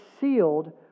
sealed